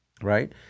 Right